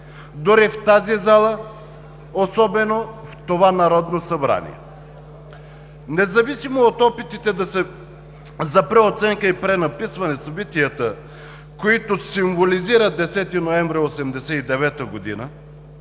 дори в тази зала, особено в това Народно събрание. Независимо от опитите за преоценка и пренаписване събитията, които символизират 10 ноември 1989 г.,